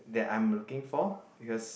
that I am looking for because